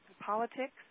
politics